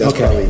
Okay